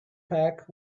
pack